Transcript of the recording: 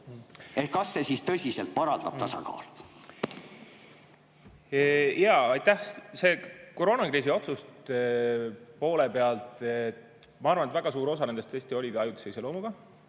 Kas see siis tõsiselt parandab tasakaalu?